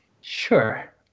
sure